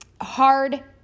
hard